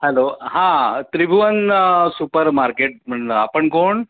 hello हां Tribhuvan supermarket म्हणलं आपण कोण